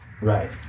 Right